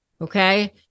Okay